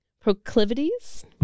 proclivities